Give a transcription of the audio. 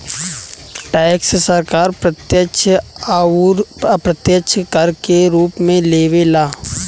tax सरकार प्रत्यक्ष अउर अप्रत्यक्ष कर के रूप में लेवे ला